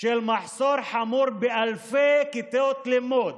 של מחסור חמור באלפי כיתות לימוד,